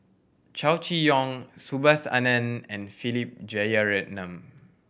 Chow Chee Yong Subhas Anandan and Philip Jeyaretnam